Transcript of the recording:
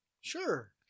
Sure